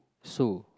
sue